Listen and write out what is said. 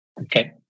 Okay